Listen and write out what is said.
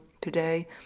today